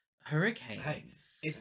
hurricanes